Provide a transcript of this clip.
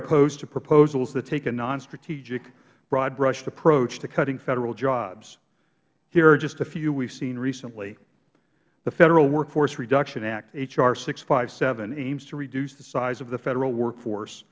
opposed to proposals that take a nonstrategic broadbrushed approach to cutting federal jobs here are just a few we have seen recently the federal workforce reduction act h r six hundred and fifty seven aims to reduce the size of the federal workforce